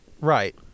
Right